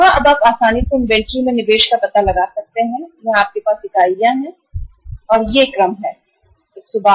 अब आप आसानी से इनवेंटरी में निवेश का पता लगा सकते हैं यहाँ आपके पास इकाइयाँ है यह है यह है और यह अधिकार है